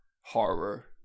horror